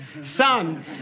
son